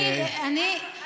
אני רוצה להבין, תקשיבי,